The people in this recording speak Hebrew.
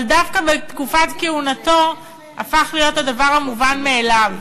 אבל דווקא בתקופת כהונתו הפך להיות הדבר המובן מאליו,